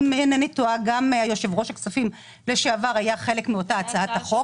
אם אינני טועה גם יושב ראש ועדת הכספים לשעבר היה חלק מאותה הצעת חוק.